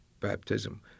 baptism